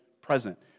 present